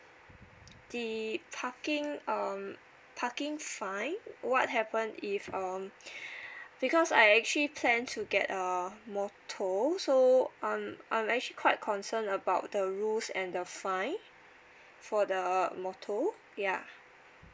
the parking um parking fine what happen if um because I actually plan to get a motor so um I'm actually quite concerned about the rules and the fine for the motor ya